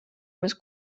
més